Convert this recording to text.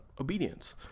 obedience